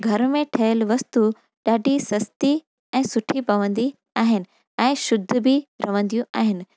घर में ठहियलु वस्तू ॾाढी सस्ती ऐं सुठी पवंदी आहिनि ऐं शुद्ध बि रहंदियूं आहिनि